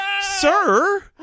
sir